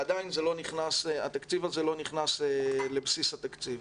ועדיין התקציב הזה לא נכנס לבסיס התקציב.